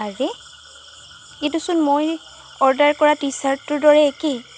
আৰে এইটোচোন মই অৰ্ডাৰ কৰা টি ছাৰ্টটোৰ দৰে একেই